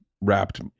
wrapped